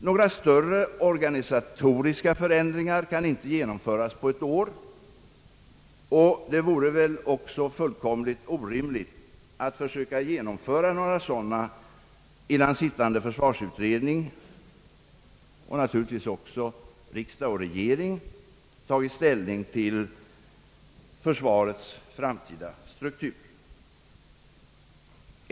Några större organisatoriska förändringar kan inte genomföras på ett år, och det vore väl också fullständigt orimligt att försöka genomföra några sådana innan sittande försvarsutredning — och naturligtvis även riksdag och regering — tagit ställning till försvarets framtida struktur.